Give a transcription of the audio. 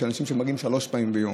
של אנשים שמגיעים שלוש פעמים ביום.